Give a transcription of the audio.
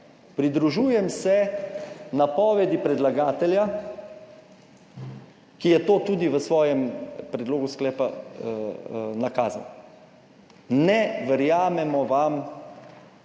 Pridružujem se napovedi predlagatelja, ki je to tudi v svojem predlogu sklepa nakazal. Ne verjamemo vam,